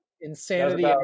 Insanity